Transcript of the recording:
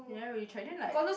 they never really check then like